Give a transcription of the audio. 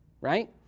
right